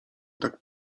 tak